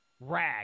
rag